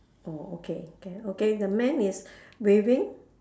orh okay can okay the man is waving